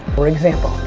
for example,